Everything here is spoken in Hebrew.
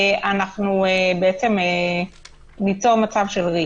אנחנו בעצם ניצור מצב של ריק.